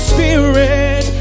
Spirit